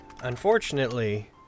Unfortunately